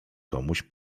komuś